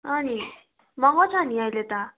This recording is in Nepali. अँ नि महँगो छ नि अहिले त